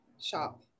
shop